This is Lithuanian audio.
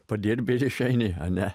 padirbi ir išeini ane